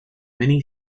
many